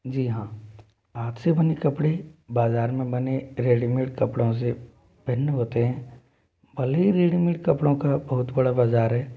जी हाँ हाँथ से बने कपड़े बाजार में बने रेडीमेड कपड़ों से भिन्न होते हैं भले ही रेडीमेड कपड़ों का बहुत बड़ा बाजार है